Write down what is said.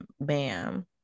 bam